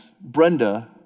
Brenda